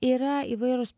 yra įvairūs